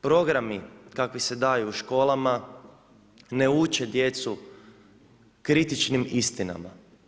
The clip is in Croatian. Programi kakvi se daju u školama ne uče djecu kritičnim istinama.